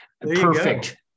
Perfect